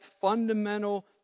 fundamental